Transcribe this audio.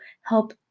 help